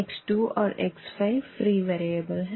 x2 और x5फ्री variable है